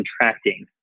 contracting